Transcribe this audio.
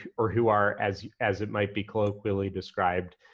or who are, as as it might be colloquially described,